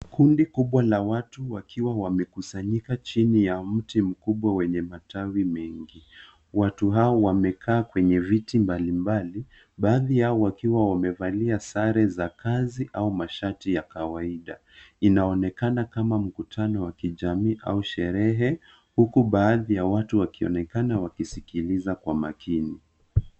Kundi kubwa la watu wakiwa wamekusanyika chini ya mti mkubwa wenye matawi mengi. Watu hawa wamekaa kwenye viti mbalimbali baadhi yao wakiwa wamevalia sare za kazi au mashati ya kawaida. Inaonekana kama mkutano wa kijamii au sherehe huku baadhi ya watu wakionekana wakiskiliza kwa makini.